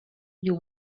you